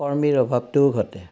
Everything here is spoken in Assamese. কৰ্মীৰ অভাৱটোও ঘটে